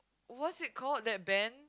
what is called that band